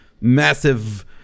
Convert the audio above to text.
massive